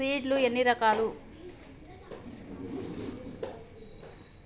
Seed లు ఎన్ని రకాలు?